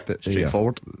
straightforward